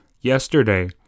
yesterday